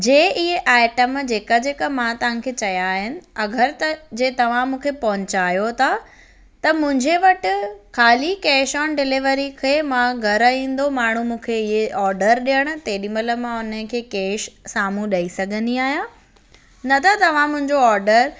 जे इहे आइटम जेका जेका मां तव्हांखे चया आहिनि अगरि त जे तव्हां मूंखे पहुचायो था त मुंहिंजे वटि ख़ाली कैश ऑन डिलीवरी खें मां घरु ईंदो माण्हू मूंखे इहो ऑर्डर ॾियणु तेॾी महिल मां हुन खे कैश साम्हूं ॾेई सघंदी आहियां न त तव्हां मुंहिंजो ऑडर